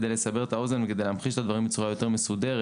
כדי לסבר את האוזן וכדי להמחיש את הדברים בצורה יותר מסודרת: